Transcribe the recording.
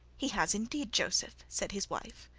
he has indeed, joseph, said his wife,